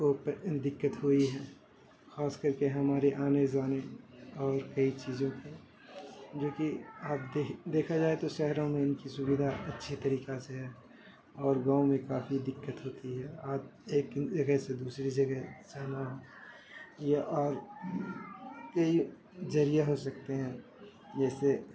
دقت ہوئی ہے خاص کر کے ہمارے آنے جانے اور کئی چیزوں کے جو کہ اب دیکھا جائے تو شہروں میں ان کی سویدھا اچھے طریقہ سے ہے اور گاؤں میں کافی دقت ہوتی ہے آپ ایک جگہ سے دوسری جگہ جانا یہ اور کئی ذریعہ ہو سکتے ہیں جیسے